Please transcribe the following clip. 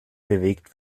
bewegt